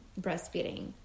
breastfeeding